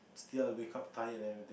till I wake up tired and everything